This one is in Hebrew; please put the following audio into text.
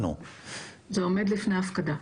עומד לפני הפקדה.